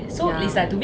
ya